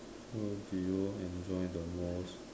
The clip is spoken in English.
so do you enjoy the most